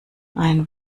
ein